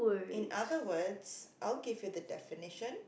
in other words I'll give you the definition